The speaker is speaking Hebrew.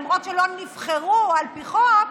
למרות שלא נבחרו על פי חוק,